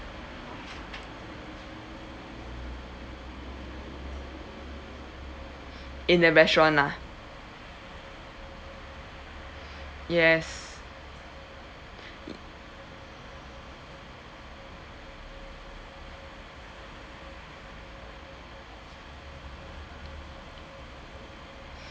in the restaurant lah yes